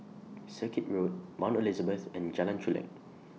Circuit Road Mount Elizabeth and Jalan Chulek